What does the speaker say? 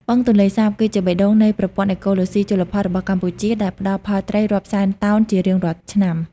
បឹងទន្លេសាប គឺជាបេះដូងនៃប្រព័ន្ធអេកូឡូស៊ីជលផលរបស់កម្ពុជា ដែលផ្តល់ផលត្រីរាប់សែនតោនជារៀងរាល់ឆ្នាំ។